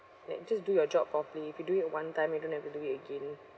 like just do your job properly if you do it one time you don't have to do it again